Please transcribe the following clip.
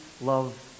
love